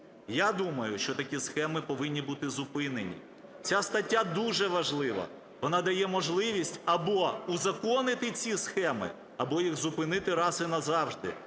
Я думаю, що такі схеми повинні бути зупинені. Ця стаття дуже важлива, вона дає можливість або узаконити ці схеми, або їх зупинити раз і назавжди.